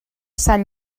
sant